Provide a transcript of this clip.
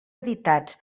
editats